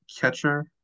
catcher